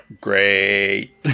Great